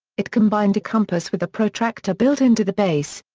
it combined a compass with a protractor built into the base.